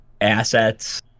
assets